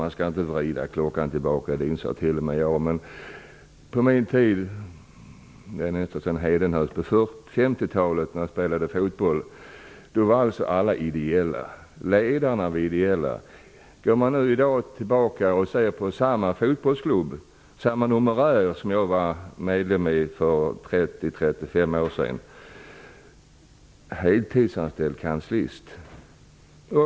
Man skall inte vrida klockan tillbaka, det inser t.o.m. jag. På min tid, på 50-talet när jag spelade fotboll, jobbade alla ledare ideellt. En fotbollsklubb med samma numerär som den jag var medlem i för 30--35 år sedan har i dag en heltidsanställd kanslist.